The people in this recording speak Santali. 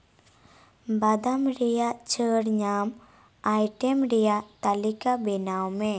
ᱵᱟᱫᱟᱢ ᱨᱮᱭᱟᱜ ᱪᱷᱟᱹᱲ ᱧᱟᱢ ᱟᱭᱴᱮᱢ ᱨᱮᱭᱟᱜ ᱛᱟᱞᱤᱠᱟ ᱵᱮᱱᱟᱣ ᱢᱮ